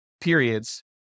periods